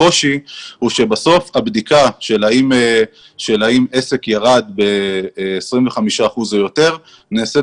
הקושי הוא שבסוף הבדיקה של האם עסק ירד ב-25 אחוזים או יותר נעשית